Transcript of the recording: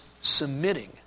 submitting